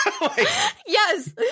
Yes